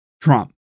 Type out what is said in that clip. Trump